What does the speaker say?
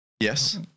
Yes